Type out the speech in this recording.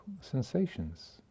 sensations